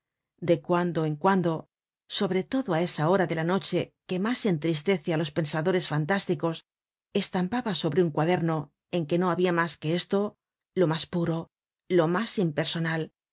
de cuando en cuando sobre todo á esa hora de la noche que mas entristece á los pensadores fantásticos estampaba sobre un cuaderno en que no habia mas que esto lo mas puro lo mas impersonal lo mas